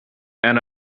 and